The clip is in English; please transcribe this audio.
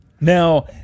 Now